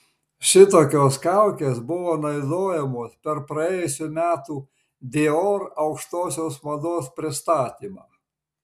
šitokios kaukės buvo naudojamos per praėjusių metų dior aukštosios mados pristatymą